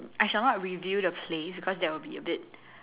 I shall not reveal the place because that will be a bit